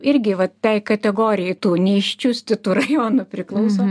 irgi va tai kategorijai tų neiščiustytų rajonų priklauso